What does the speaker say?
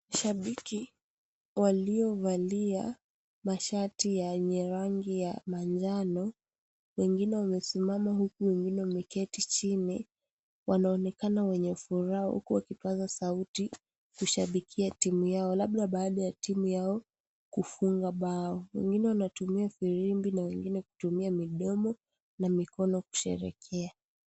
Mashabiki waliovalia mashati yenye rangi ya manjano. Wengine wamesimama huku wengine wameketi chini. Wanaonekana wenye furaha huku wakipaza sauti, kushabikia timu yao. Labda baada ya timu yao kufunga bao. Wengine wanatumia firimbi na wengine kutumia midomo, na mikono kusherehekea.